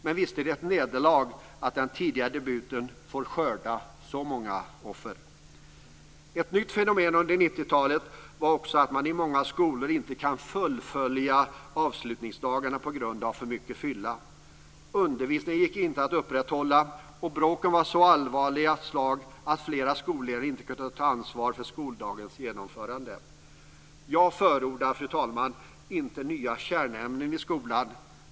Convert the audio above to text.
Men visst är det ett nederlag att den tidiga debuten får skörda så många offer. Ett nytt fenomen under 90-talet var också att man i många skolor inte kunde fullfölja avslutningsdagarna på grund av för mycket fylla. Undervisningen gick inte att upprätthålla. Bråken var ett slag så allvarliga att flera skolor inte kunde ta ansvar för skoldagens genomförande. Jag förordar, fru talman, inte nya kärnämnen i skolan.